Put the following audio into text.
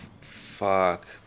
fuck